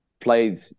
played